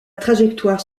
trajectoire